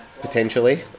potentially